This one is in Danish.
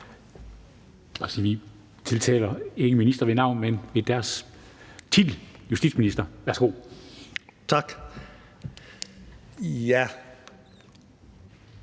Vi omtaler ikke ministre ved navn, men ved deres titel.